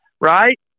right